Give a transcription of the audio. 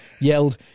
yelled